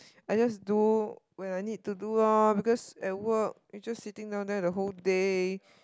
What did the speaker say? I just do when I need to do lor because at work you just sit down there the whole day